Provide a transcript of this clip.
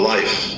Life